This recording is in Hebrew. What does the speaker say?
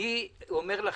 אני אומר לכם: